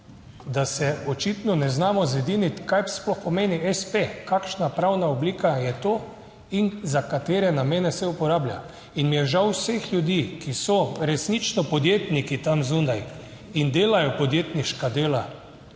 da se očitno ne znamo zediniti kaj sploh pomeni espe: kakšna pravna oblika je to in za katere namene se uporablja. In mi je žal vseh ljudi, ki so resnično podjetniki tam zunaj in delajo podjetniška dela,